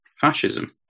fascism